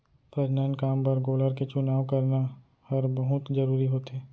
प्रजनन काम बर गोलर के चुनाव करना हर बहुत जरूरी होथे